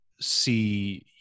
see